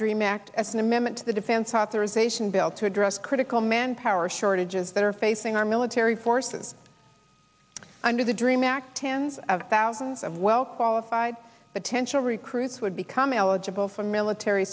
dream act as an amendment to the defense authorization bill to address critical manpower shortages that are facing our military forces under the dream act tens of thousands of well qualified potential recruits would become eligible for military